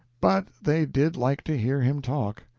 but they did like to hear him talk.